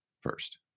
first